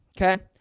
okay